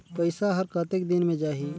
पइसा हर कतेक दिन मे जाही?